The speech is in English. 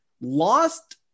lost